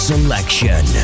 Selection